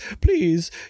Please